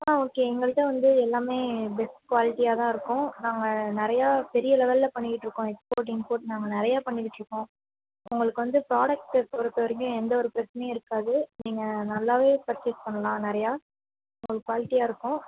ஆ okay எங்கள்கிட்ட வந்து எல்லாமே பெஸ்ட் குவாலிட்டியாக தான் இருக்கும் நாங்கள் நிறையா பெரிய லெவலில் பண்ணிக்கிட்டிருக்கோம் எக்ஸ்போர்ட் இம்போர்ட் நாங்கள் நிறையா பண்ணிக்கிட்டிருக்கோம் உங்களுக்கு வந்து ப்ராடெக்ட் பொறுத்தவரைக்கும் எந்த ஒரு பிரச்சினையும் இருக்காது நீங்கள் நல்லாவே பர்ச்சேஸ் பண்ணலாம் நிறையா உங்களுக்கு குவாலிட்டியாக இருக்கும்